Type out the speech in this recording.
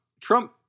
trump